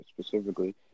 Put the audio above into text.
specifically